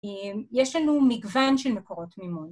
יש לנו מגוון של מקורות מימון